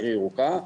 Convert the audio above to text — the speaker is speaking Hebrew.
קרי ירוקה,